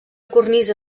cornisa